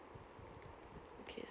two k